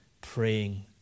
Praying